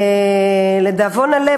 לדאבון הלב,